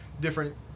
different